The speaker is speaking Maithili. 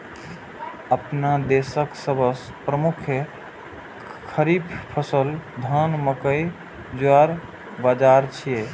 अपना देशक सबसं प्रमुख खरीफ फसल धान, मकई, ज्वार, बाजारा छियै